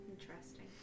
Interesting